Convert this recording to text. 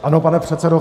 Ano, pane předsedo.